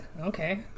Okay